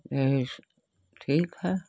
यही सब ठीक है